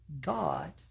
God